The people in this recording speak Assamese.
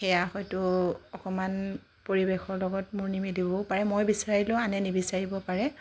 সেইয়া হয়টো অকণমান পৰিৱেশৰ লগত মোৰ নিমিলিবও পাৰে মই বিচাৰিলেও আনে নিবিচাৰিব পাৰে